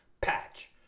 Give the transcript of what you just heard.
Patch